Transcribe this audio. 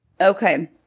Okay